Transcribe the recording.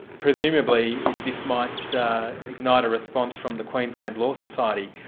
presumably this might so ignite a response from the queensland law society.